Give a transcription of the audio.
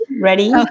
Ready